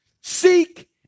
Seek